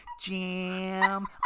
Jam